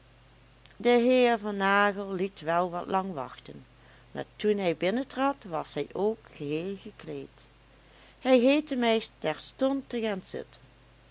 de heer van nagel liet wel wat lang wachten maar toen hij binnentrad was hij ook geheel gekleed hij heette mij terstond te gaan zitten